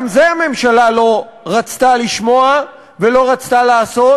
גם את זה הממשלה לא רצתה לשמוע ולא רצתה לעשות,